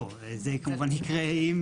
לא, זה כמובן יקרה אם